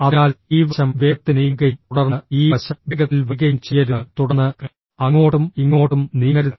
അതിനാൽ ഈ വശം വേഗത്തിൽ നീങ്ങുകയും തുടർന്ന് ഈ വശം വേഗത്തിൽ വരികയും ചെയ്യരുത് തുടർന്ന് അങ്ങോട്ടും ഇങ്ങോട്ടും നീങ്ങരുത്